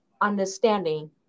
understanding